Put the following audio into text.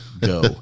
go